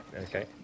Okay